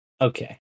Okay